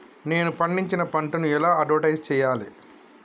నేను పండించిన పంటను ఎలా అడ్వటైస్ చెయ్యాలే?